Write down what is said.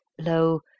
lo